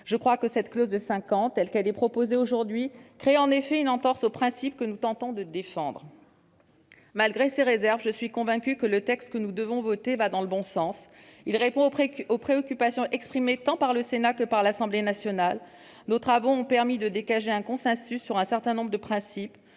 les amours adolescentes. Cette clause telle qu'elle est aujourd'hui proposée crée en effet une entorse au principe que nous tentons de défendre. Malgré ces réserves, je suis convaincue que le texte que nous devons voter va dans le bon sens. Il répond aux préoccupations exprimées tant par le Sénat que par l'Assemblée nationale. Nos travaux ont permis de dégager un consensus sur un certain nombre de principes